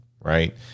right